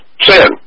sin